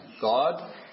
God